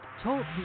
Talk